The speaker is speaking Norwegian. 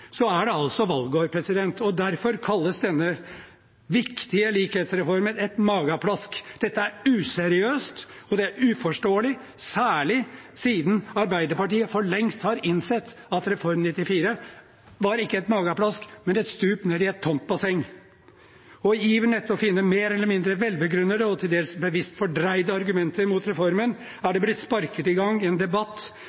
er det altså valgår. Derfor kalles denne viktige likhetsreformen et mageplask. Dette er useriøst, og det er uforståelig, særlig siden Arbeiderpartiet for lengst har innsett at Reform 94 ikke var et mageplask, men et stup ned i et tomt basseng. Og i iveren etter å finne mer eller mindre velbegrunnede og til dels bevisst fordreide argumenter mot reformen er